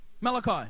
Malachi